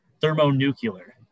Thermonuclear